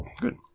good